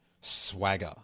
swagger